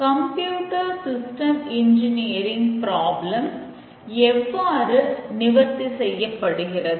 computer system engineering எவ்வாறு நிவர்த்தி செய்யப்படுகிறது